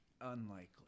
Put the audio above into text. Unlikely